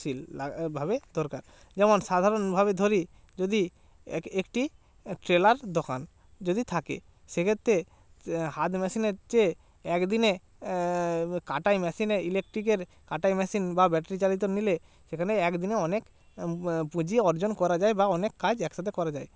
শীল ভাবে দরকার যেমন সাধারণভাবে ধরি যদি একটি ট্রেলার দোকান যদি থাকে সে ক্ষেত্রে হাত মেশিনের চেয়ে একদিনে কাটাই মেশিনে ইলেক্টিকের কাটাই মেশিন বা ব্যাটরি চালিত নিলে সেখানে একদিনে অনেক পুজি অর্জন করা যায় বা অনেক কাজ এক সাথে করা যায়